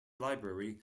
library